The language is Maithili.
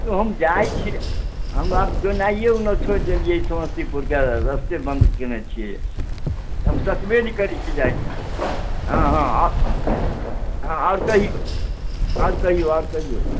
यौ हम जाइत छियै हम आब गेनाइए आब छोड़ि देलियै समस्तीपुरके रस्ते बन्द कयने छियै हम सकबे नहि करैत छियै जायमे हँ हँ आओर हँ हँ आओर कहिऔ आओर कहिऔ आओर कहिऔ